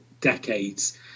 decades